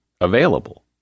available